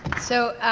so,